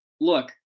Look